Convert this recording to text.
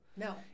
No